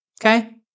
okay